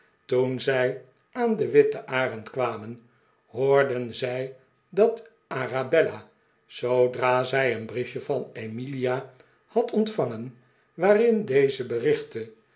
toen zij aan de witte arend kwamen hoorden zij dat arabella zoodra zij een briefje van emilia had ontvangen waarin deze haar berichtte